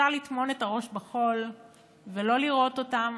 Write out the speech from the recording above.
אפשר לטמון את הראש בחול ולא לראות אותם,